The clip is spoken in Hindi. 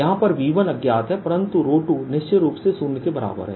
यहां पर V1 अज्ञात है परंतु 2 निश्चित रूप से शून्य के बराबर है